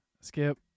Skip